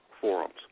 forums